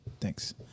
Thanks